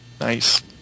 Nice